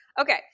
Okay